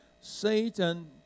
Satan